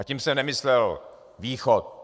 Tím jsem nemyslel Východ.